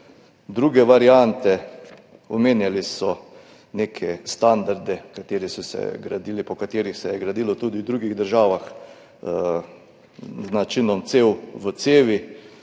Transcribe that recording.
druge variante. Omenjali so neke standarde, po katerih se je gradilo tudi v drugih državah z načinom cev v cevi